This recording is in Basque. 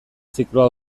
zikloa